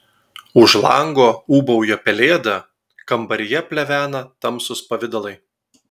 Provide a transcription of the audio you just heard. už lango ūbauja pelėda kambaryje plevena tamsūs pavidalai